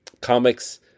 comics